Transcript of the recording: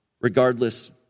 regardless